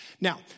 Now